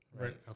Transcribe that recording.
Right